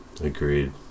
agreed